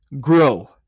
grow